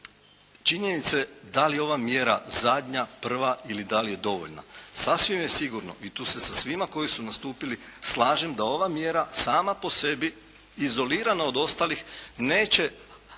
činjenice da li je ova mjera zadnja, prva ili da li je dovoljna. Sasvim je sigurno i tu se sa svima koji su nastupili slažem da ova mjera sama po sebi izolirana od ostalih neće